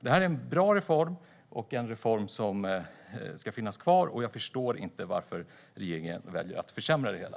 Det här är en bra reform som ska finnas kvar. Jag förstår inte varför regeringen väljer att försämra det hela.